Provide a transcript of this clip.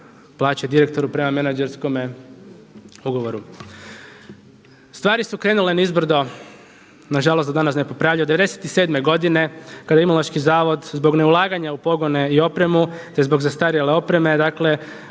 plaće direktoru prema menadžerskome ugovoru. Stvari su krenule nizbrdo, nažalost do danas nepopravljive. Od '97. godine kada je Imunološki zavod zbog neulaganja u pogone i opremu, te zbog zastarjele opreme gubi